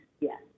yes